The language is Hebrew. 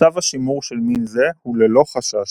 מצב השימור של מין זה הוא ללא חשש.